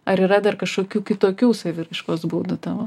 ar yra dar kažkokių kitokių saviraiškos būdų tavo